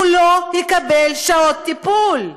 הוא לא יקבל שעות טיפול.